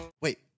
Wait